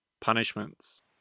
punishments